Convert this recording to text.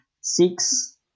six